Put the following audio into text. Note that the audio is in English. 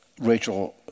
Rachel